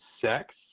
sex